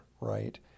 right